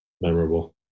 Memorable